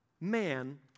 man